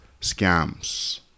scams